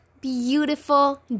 beautiful